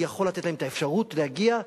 יכול לתת להם את האפשרות להגיע,